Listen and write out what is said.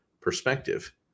perspective